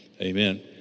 amen